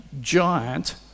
giant